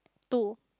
two